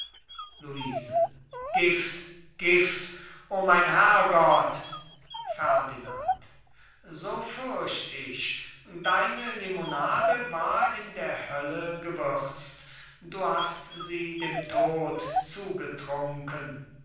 um luise gift gift o mein herrgott ferdinand so fürchte ich deine limonade war in der hölle gewürzt du hast sie dem tod zugetrunken